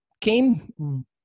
came